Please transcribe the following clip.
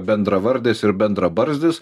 bendravardis ir bendrabarzdis